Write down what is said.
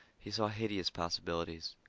he saw hideous possibilities.